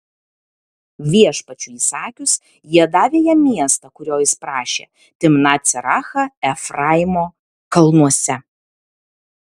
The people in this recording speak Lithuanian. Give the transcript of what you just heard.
viešpačiui įsakius jie davė jam miestą kurio jis prašė timnat serachą efraimo kalnuose